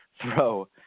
throw